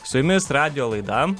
su jumis radijo laida